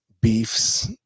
beefs